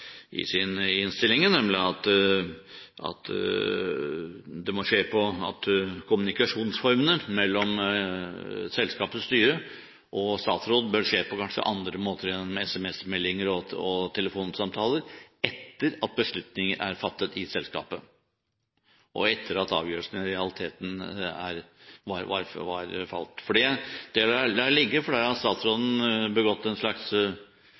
på at kommunikasjonsformene mellom selskapets styre og statsråden bør skje på kanskje andre måter enn gjennom SMS-meldinger og telefonsamtaler, etter at beslutninger er fattet i selskapet, og etter at avgjørelsene i realiteten var tatt. Det lar jeg ligge, siden statsråden har tatt en slags selvkritikk når det